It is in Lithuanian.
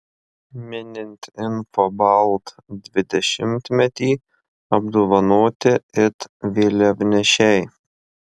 minint infobalt dvidešimtmetį apdovanoti it vėliavnešiai